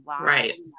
Right